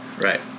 Right